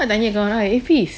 dia tanya kau orang eh